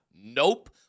Nope